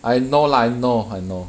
I know lah I know I know